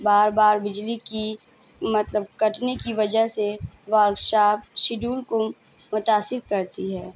بار بار بجلی کی مطلب کٹنے کی وجہ سے ورک شاپ شیڈیول کو متاثر کرتی ہے